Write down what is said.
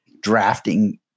drafting